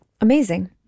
Amazing